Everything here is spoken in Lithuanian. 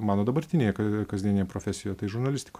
mano dabartinėje k kasdieninėje profesijoj tai žurnalistikoj